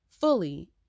fully